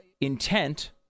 intent